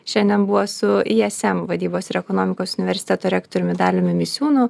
šiandien buvo su i es m vadybos ir ekonomikos universiteto rektoriumi daliumi misiūnu